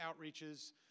outreaches